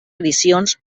edicions